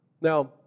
Now